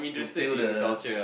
to feel the